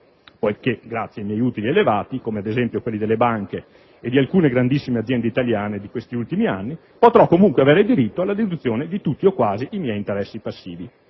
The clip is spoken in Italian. (perché grazie ai miei utili elevati, come ad esempio quelli delle banche e di alcune grandissime aziende italiane di questi ultimi anni, potrò comunque avere diritto alla deduzione di tutti o quasi i miei interessi passivi).